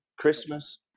Christmas